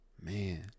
Man